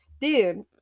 dude